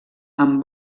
amb